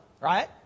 Right